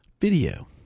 video